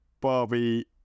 Barbie